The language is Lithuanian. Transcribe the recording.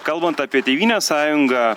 kalbant apie tėvynės sąjunga